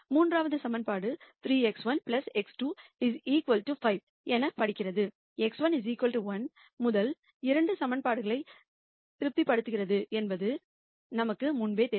மூன்றாவது சமன்பாடு 3x1 x2 5 என படிக்கிறது x1 1 முதல் 2 சமன்பாடுகளை திருப்திப்படுத்துகிறது என்பது நமக்கு முன்பே தெரியும்